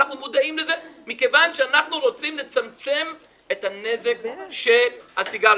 ואנחנו מודעים לזה מכיוון שאנחנו רוצים לצמצם את הנזק של הסיגריות.